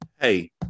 hey